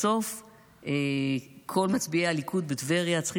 בסוף כל מצביעי הליכוד בטבריה צריכים